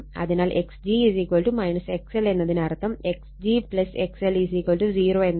അതിനാൽ Xg XL എന്നതിനർത്ഥം X g XL 0 എന്നാണ്